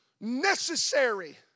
necessary